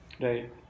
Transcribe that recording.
Right